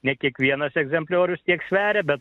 ne kiekvienas egzempliorius tiek sveria bet